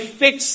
fix